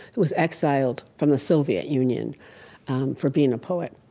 who was exiled from the soviet union for being a poet.